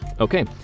Okay